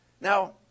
Now